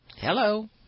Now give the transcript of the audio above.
Hello